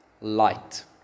light